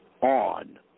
on